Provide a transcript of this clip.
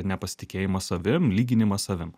nepasitikėjimas savim lyginimas savim